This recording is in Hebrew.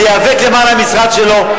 להיאבק למען המשרד שלו.